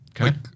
okay